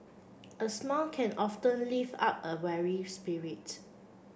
a smile can lift up a weary spirit